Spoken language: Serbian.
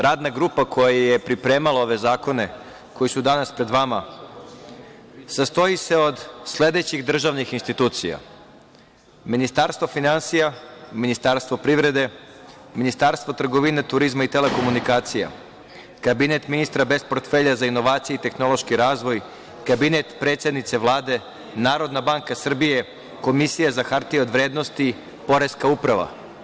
Radna grupa koja je pripremala ove zakone koji su danas pred vama sastoji se od sledećih državnih institucija: Ministarstva finansija, Ministarstva privrede, Ministarstva trgovine, turizma i telekomunikacija, Kabineta ministra bez portfelja za inovacije i tehnološki razvoj, Kabineta predsednice Vlade, NBS, Komisije za hartije od vrednosti, Poreska uprave.